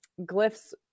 glyphs